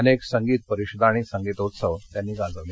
अनेक संगीत परिषदा आणि संगीतोत्सव त्यांनी गाजवले